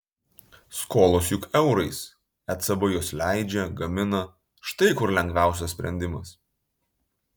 skolos juk eurais ecb juos leidžia gamina štai kur lengviausias sprendimas